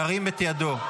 שירים את ידו.